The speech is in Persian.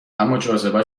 اماجاذبه